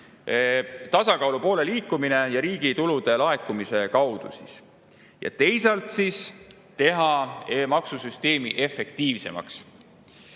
tasakaalu poole liikumine riigi tulude laekumise kaudu. Ja teisalt siis teha e-maksusüsteemi efektiivsemaks.